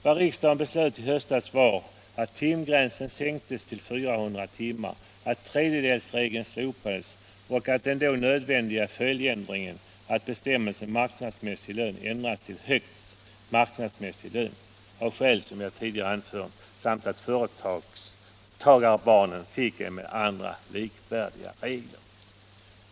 Vad riksdagen beslöt i höstas var att sänka timgränsen till 400 timmar, slopa tredjedelsregeln, genomföra den nödvändiga följdändringen från ”marknadsmässig lön” till ” högst marknadsmässig lön” — av skäl som jag tidigare anfört — samt att företagarbarnen fick regler likvärdiga med dem som gäller för andra kategorier.